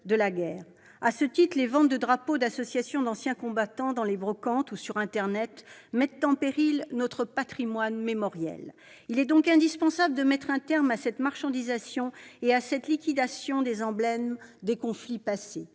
À ce titre, les ventes de drapeaux d'associations d'anciens combattants dans les brocantes ou sur internet mettent en péril notre patrimoine mémoriel. Il est donc indispensable d'en finir avec cette marchandisation et cette liquidation des emblèmes des conflits passés.